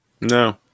No